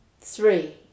three